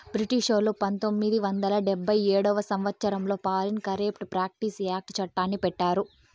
బ్రిటిషోల్లు పంతొమ్మిది వందల డెబ్భై ఏడవ సంవచ్చరంలో ఫారిన్ కరేప్ట్ ప్రాక్టీస్ యాక్ట్ చట్టాన్ని పెట్టారు